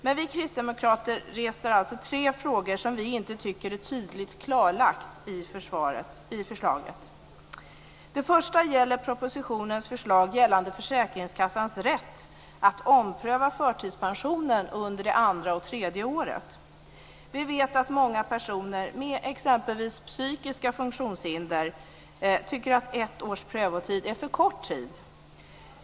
Men vi kristdemokrater reser alltså tre frågor som vi inte tycker är tydligt klarlagda i förslaget. Den första gäller propositionens förslag gällande försäkringskassans rätt att ompröva förtidspensionen under det andra och tredje året. Vi vet att många personer med exempelvis psykiska funktionshinder tycker att ett års prövotid är för kort tid.